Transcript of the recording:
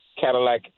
Cadillac